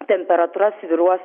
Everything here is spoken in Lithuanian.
temperatūra svyruos